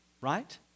Right